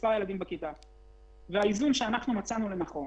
האיזון שמצאנו לנכון